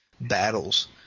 battles